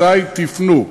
אזי תפנו.